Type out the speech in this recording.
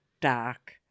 dark